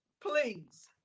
Please